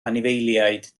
anifeiliaid